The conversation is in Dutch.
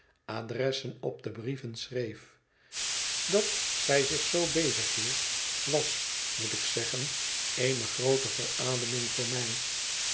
adressen op brieven schreef dat zij zich zoo bezig hield was moet ik zeggen eene groote verademing voor mij